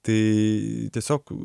tai tiesiog